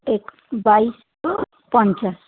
ঠিক বাইশশো পঞ্চাশ